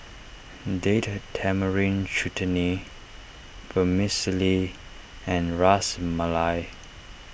Date Tamarind Chutney Vermicelli and Ras Malai